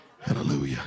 Hallelujah